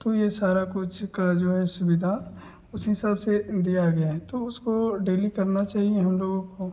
तो यह सारा कुछ की जो है सुविधा उस हिसाब से दिया गया है तो उसको डेली करना चाहिए हम लोगों को